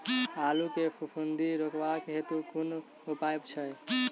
आलु मे फफूंदी रुकबाक हेतु कुन उपाय छै?